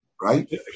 right